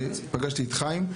ופגשתי את חיים,